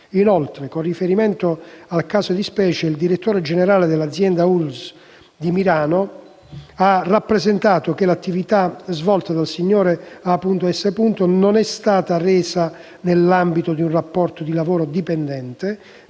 Inoltre, con riferimento al caso di specie, il direttore generale dell'azienda ULSS di Mirano ha rappresentato che l'attività svolta dal signor A. S. non è stata resa nell'ambito di un rapporto di lavoro dipendente,